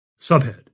Subhead